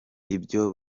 ibyo